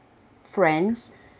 friends